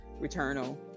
Returnal